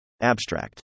Abstract